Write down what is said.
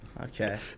Okay